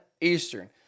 Eastern